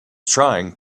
trying